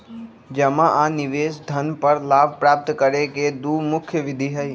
जमा आ निवेश धन पर लाभ प्राप्त करे के दु मुख्य विधि हइ